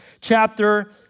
chapter